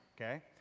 Okay